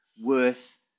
worth